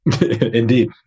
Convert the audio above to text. Indeed